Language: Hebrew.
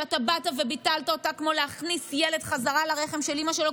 שבאת וביטלת אותה כמו להכניס ילד חזרה לרחם של אימא שלו.